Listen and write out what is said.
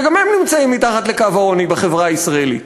שגם הם נמצאים מתחת לקו העוני בחברה הישראלית.